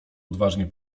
odważnie